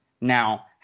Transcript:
now